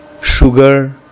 sugar